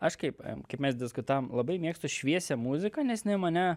aš kaip m kaip mes diskutavom labai mėgstu šviesią muziką nes jinai mane